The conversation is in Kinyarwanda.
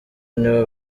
nibo